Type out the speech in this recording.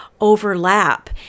overlap